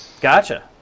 Gotcha